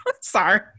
Sorry